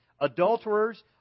adulterers